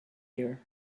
year